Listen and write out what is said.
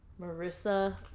Marissa